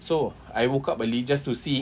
so I woke up early just to see